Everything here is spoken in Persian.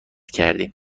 کردیم